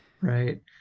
right